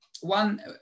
one